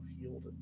healed